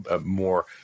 more